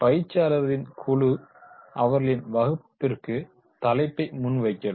பயிற்சியாளர்களின் குழு அவர்களின் வகுப்பிற்கு தலைப்பை முன்வைக்கிறது